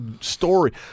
story